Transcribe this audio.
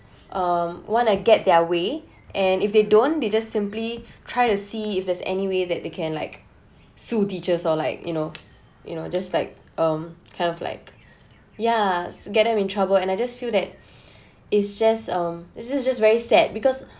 um want to get their way and if they don't they just simply try to see if there is any way that they can like sue teachers or like you know you know just like um kind of like yeah get them in trouble and I just feel that it's just um it's just just very sad because